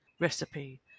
recipe